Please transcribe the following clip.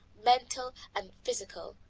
mental and physical,